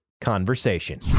conversation